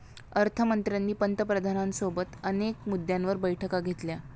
अर्थ मंत्र्यांनी पंतप्रधानांसोबत अनेक मुद्द्यांवर बैठका घेतल्या